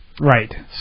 Right